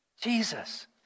Jesus